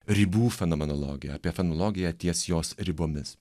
ribų fenomenologiją apie fenologiją ties jos ribomis